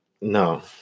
No